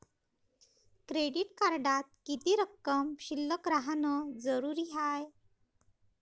Credit कार्डात किती रक्कम शिल्लक राहानं जरुरी हाय?